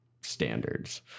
standards